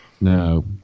No